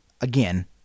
again